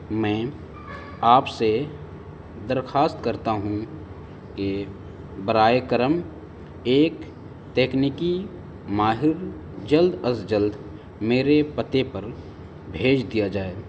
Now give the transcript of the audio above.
میں آپ سے درخواست کرتا ہوں کہ براہ کرم ایک تکنیکی ماہر جلد از جلد میرے پتے پر بھیج دیا جائے